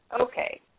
Okay